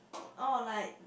orh like